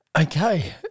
Okay